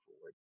forward